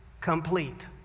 complete